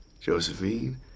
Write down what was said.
Josephine